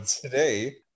today